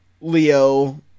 Leo